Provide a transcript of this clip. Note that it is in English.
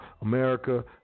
America